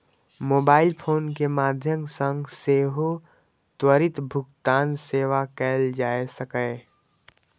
mobile phone के माध्यम सं सेहो त्वरित भुगतान सेवा कैल जा सकैए